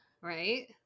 Right